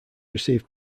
received